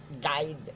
guide